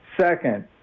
Second